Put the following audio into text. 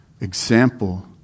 example